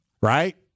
right